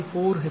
40 hertz